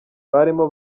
barimo